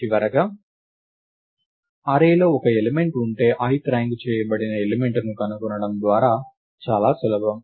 చివరగా అర్రేలో ఒకే ఎలిమెంట్ ఉంటే ith ర్యాంక్ చేయబడిన ఎలిమెంట్ ను కనుగొనడం చాలా సులభం